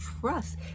trust